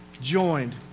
joined